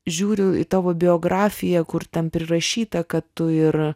žiūriu į tavo biografiją kur ten prirašyta kad tu ir